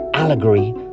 Allegory